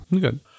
good